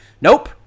Nope